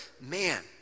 man